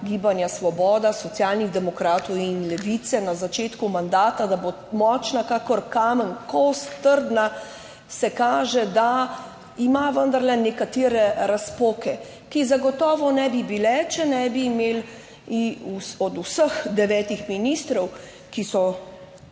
gibanja Svoboda, Socialnih demokratov in Levice na začetku mandata, da bo močna kakor kamen kost trdna, se kaže, da ima vendarle nekatere razpoke, ki zagotovo ne bi bile, če ne bi imeli od vseh devetih ministrov, ki so